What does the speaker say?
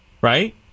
right